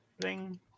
bing